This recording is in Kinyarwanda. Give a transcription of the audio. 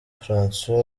francois